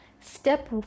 Step